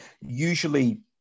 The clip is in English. usually